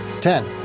ten